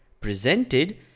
presented